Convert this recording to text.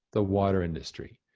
the water industry.